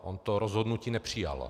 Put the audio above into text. On to rozhodnutí nepřijal.